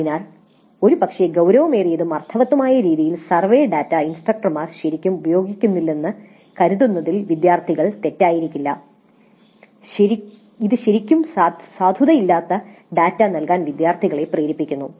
അതിനാൽ ഒരുപക്ഷേ ഗൌരവമേറിയതും അർത്ഥവത്തായതുമായ രീതിയിൽ സർവേ ഡാറ്റ ഇൻസ്ട്രക്ടർമാർ ശരിക്കും ഉപയോഗിക്കുന്നില്ലെന്ന് കരുതുന്നതിൽ വിദ്യാർത്ഥികൾ തെറ്റായിരിക്കില്ല ഇത് ശരിക്കും സാധുതയില്ലാത്ത ഡാറ്റ നൽകാൻ വിദ്യാർത്ഥികളെ പ്രേരിപ്പിക്കുന്നു